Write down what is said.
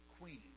queen